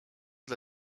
dla